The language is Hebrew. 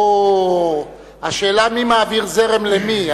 או, השאלה היא מי מעביר זרם למי?